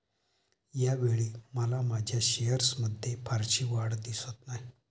यावेळी मला माझ्या शेअर्समध्ये फारशी वाढ दिसत नाही